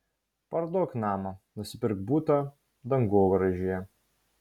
parduok namą nusipirk butą dangoraižyje